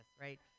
right